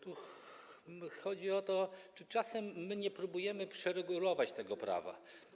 Tu chodzi o to, czy czasem nie próbujemy przeregulować tego prawa.